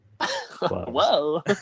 Whoa